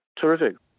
Terrific